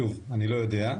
שוב, אני לא יודע.